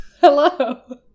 hello